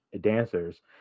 dancers